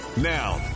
Now